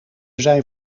zijn